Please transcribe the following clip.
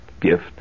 gift